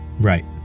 right